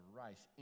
rice